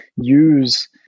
use